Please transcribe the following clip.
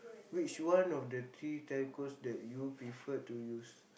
which one of the three Telcos that you prefer to use